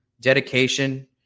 dedication